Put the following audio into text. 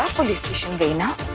ah police station again, i'll